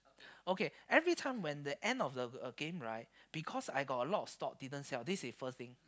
okay every time when at the end of the a a game right because I have a lot of stock didn't sell this is first thing